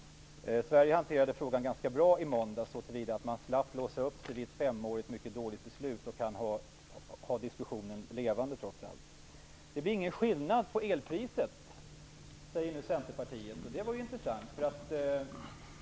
Sverige hanterade frågan ganska bra i måndags, så att man slapp låsa fast sig vid ett mycket dåligt femårsbeslut och trots allt kan hålla diskussionen vid liv. Det blir ingen skillnad på elpriset, säger man nu från Centerpartiet, och det var intressant.